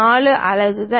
4 அலகுகள்